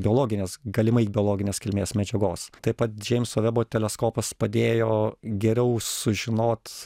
biologinės galimai biologinės kilmės medžiagos taip pat džeimso vebo teleskopas padėjo geriau sužinot